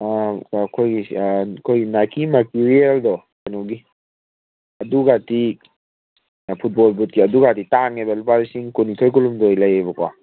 ꯑꯩꯈꯣꯏ ꯅꯥꯏꯀꯤ ꯃꯔꯀꯨꯔꯤꯌꯔꯗꯣ ꯀꯩꯅꯣꯒꯤ ꯑꯗꯨꯒꯗꯤ ꯐꯨꯠꯕꯣꯜ ꯕꯨꯠꯀꯤ ꯑꯗꯨꯒꯗꯤ ꯇꯥꯡꯉꯦꯕ ꯂꯨꯄꯥ ꯂꯤꯁꯤꯡ ꯀꯨꯟꯅꯤꯊꯣꯏ ꯀꯨꯟ ꯍꯨꯝꯗꯣꯏ ꯂꯩꯌꯦꯕꯀꯣ